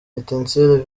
etincelles